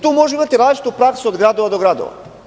Tu možemo imati različitu praksu, od gradova do gradova.